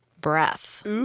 breath